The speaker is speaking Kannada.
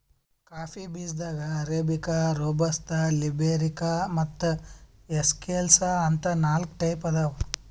ಕಾಫಿ ಬೀಜಾದಾಗ್ ಅರೇಬಿಕಾ, ರೋಬಸ್ತಾ, ಲಿಬೆರಿಕಾ ಮತ್ತ್ ಎಸ್ಕೆಲ್ಸಾ ಅಂತ್ ನಾಕ್ ಟೈಪ್ ಅವಾ